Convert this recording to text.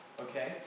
Okay